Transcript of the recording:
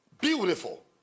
Beautiful